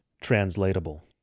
translatable